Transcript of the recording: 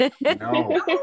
No